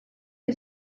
que